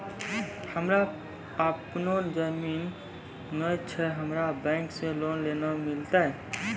हमरा आपनौ जमीन नैय छै हमरा बैंक से लोन केना मिलतै?